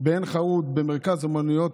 בעין חרוד, במרכז אומנויות,